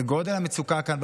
לגודל המצוקה כאן,